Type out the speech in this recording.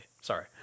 sorry